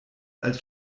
als